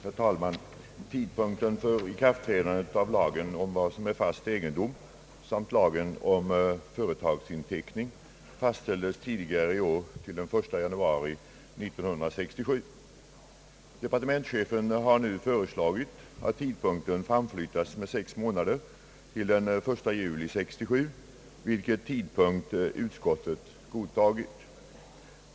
Herr talman! Tidpunkten för ikraftträdandet av lagen om vad som är fast egendom samt lagen om företagsinteckning, fastställdes tidigare i år till den 1 januari 1967. Departementschefen har nu föreslagit att tidpunkten framflyttas med sex månader till den 1 juli 1967, vilken tidpunkt utskottet har godtagit.